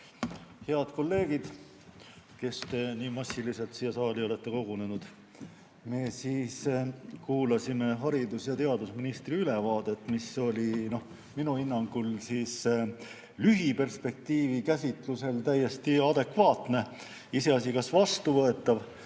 Head kolleegid, kes te nii massiliselt siia saali olete kogunenud! Me kuulasime haridus‑ ja teadusministri ülevaadet, mis oli minu hinnangul lühiperspektiivi käsitlusel täiesti adekvaatne – iseasi, kas vastuvõetav